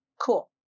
Cool